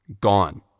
Gone